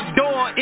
door